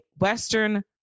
Western